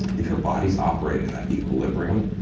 if your body's operating in that equilibrium,